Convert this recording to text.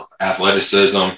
athleticism